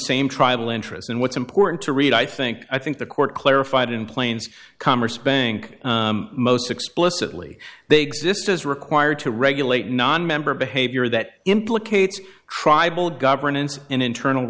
same tribal interests and what's important to read i think i think the court clarified in planes commerce bank most explicitly they exist as required to regulate nonmember behavior that implicates tribal governance in internal